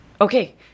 Okay